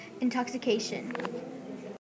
intoxication